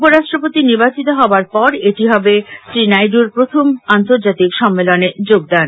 উপরাষ্ট্রপতি নির্বাচিত হবার পর এটি হবে শ্রী নাইডুর প্রথম আন্তর্জাতিক সম্মেলনে যোগদান